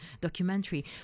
documentary